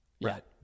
Right